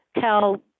Tell